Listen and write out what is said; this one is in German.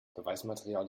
beweismaterial